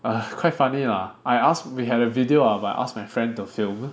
ugh quite funny lah I asked we had a video of but I asked my friend to film